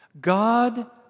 God